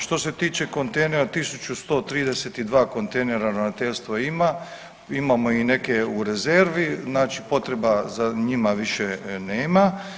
Što se tiče kontejnera 1.132 kontejnera Ravnateljstvo ima, imamo i neke u rezervi, znači potreba za njima više nema.